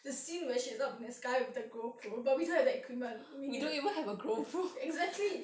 the scene where she's up in the sky with the go pro but we don't have that equipment exactly